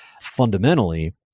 Fundamentally